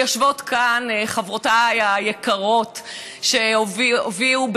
ויושבות כאן חברותיי היקרות שהובילו.